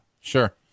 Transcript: sure